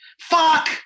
Fuck